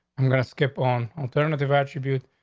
i'm gonna skip on alternative attributes.